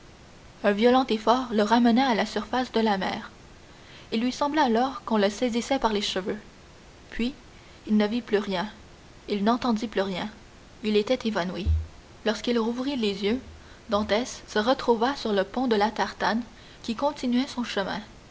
un violent effort le ramena à la surface de la mer il lui sembla alors qu'on le saisissait par les cheveux puis il ne vit plus rien il n'entendit plus rien il était évanoui lorsqu'il rouvrit les yeux dantès se retrouva sur le pont de la tartane qui continuait son chemin